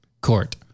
court